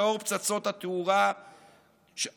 לאור פצצות התאורה הצה"ליות.